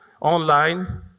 online